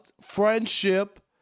friendship